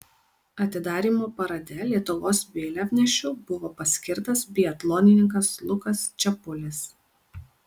atidarymo parade lietuvos vėliavnešiu buvo paskirtas biatlonininkas lukas čepulis